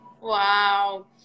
Wow